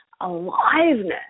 aliveness